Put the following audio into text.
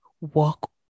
Walk